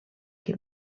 que